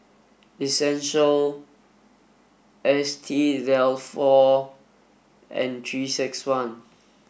essential S T Dalfour and three six one